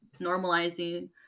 normalizing